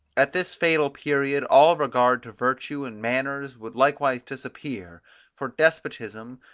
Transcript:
at this fatal period all regard to virtue and manners would likewise disappear for despotism,